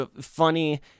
funny